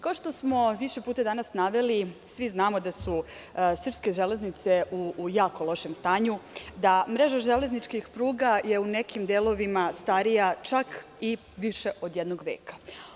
Kao što smo više puta danas naveli, svi znamo da su srpske železnice u jako lošem stanju, da mreža železničkih pruga je u nekim delovima starija čak i više od jednog veka.